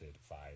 five